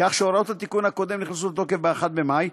כך שהוראות התיקון הקודם נכנסו לתוקף ב -1 במאי,